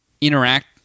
interact